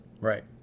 Right